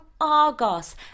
Argos